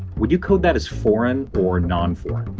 would you code that is foreign or non for.